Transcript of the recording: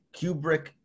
Kubrick